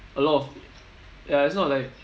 a lot of ya it's not like